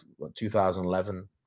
2011